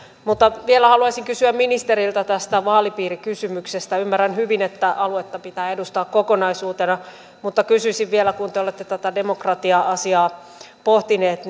mutta vielä haluaisin kysyä ministeriltä tästä vaalipiirikysymyksestä ymmärrän hyvin että aluetta pitää edustaa kokonaisuutena mutta kysyisin vielä kun te olette tätä demokratia asiaa pohtineet